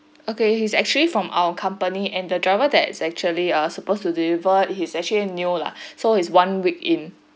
okay he's actually from our company and the driver that is actually err supposed to deliver he's actually new lah so he's one week in